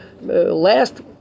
last